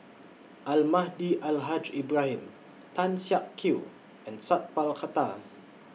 Almahdi Al Haj Ibrahim Tan Siak Kew and Sat Pal Khattar